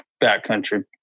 backcountry